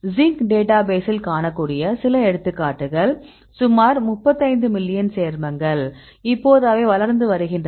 sink டேட்டாபேஸில் காணக்கூடிய சில எடுத்துக்காட்டுகள் சுமார் 35 மில்லியன் சேர்மங்கள் இப்போது அவை வளர்ந்து வருகின்றன